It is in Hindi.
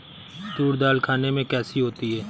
तूर दाल खाने में कैसी होती है?